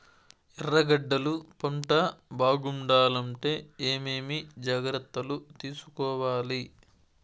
ఎర్రగడ్డలు పంట బాగుండాలంటే ఏమేమి జాగ్రత్తలు తీసుకొవాలి?